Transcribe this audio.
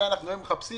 הרי היום אנחנו מחפשים,